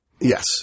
Yes